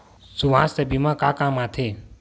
सुवास्थ बीमा का काम आ थे?